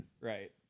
Right